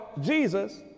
Jesus